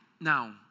Now